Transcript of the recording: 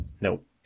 Nope